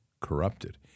corrupted